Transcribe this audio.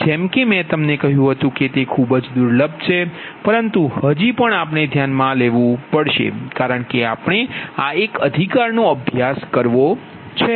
જેમ કે મેં તમને કહ્યું હતું કે તે ખૂબ જ દુર્લભ છે પરંતુ હજી પણ આપણે ધ્યાનમાં લેવું પડશે કારણકે આપણે આ એક અધિકારનો અભ્યાસ કરવો છે